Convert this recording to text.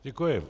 Děkuji.